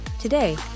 Today